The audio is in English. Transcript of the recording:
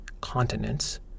continents